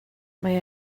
mae